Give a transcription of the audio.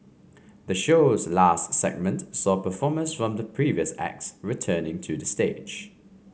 the show's last segment saw performers from the previous acts returning to the stage